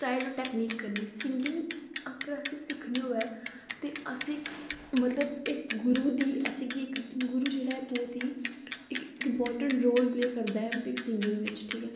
style to technique कन्नै singing अगर असें सिक्खनी होऐ ते अस मतलब इक गुरू दी असेंगी इक गुरू जेह्ड़ा ऐ बहुत ही इक इम्पार्टेंट रोल प्ले करदा ऐ सिंगिंग बिच ठीक ऐ